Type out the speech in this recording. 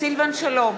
סילבן שלום,